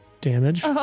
damage